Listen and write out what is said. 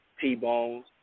T-Bones